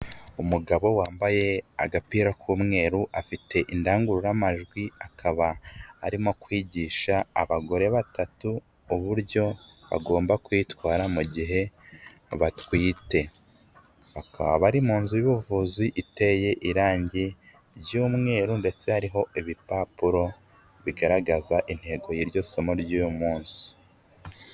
Umugabo wambaye agapira k'umweru afite indangururamajwi akaba arimo kwigisha abagore batatu uburyo bagomba kwitwara mu gihe batwite, bakaba bari mu nzu y'ubuvuzi iteye irangi ry'umweru ndetse hariho ibipapuro bigaragaza intego y'iryo somo ry'uyu munsi.